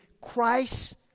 Christ